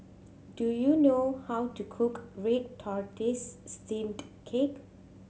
do you know how to cook red tortoise steamed cake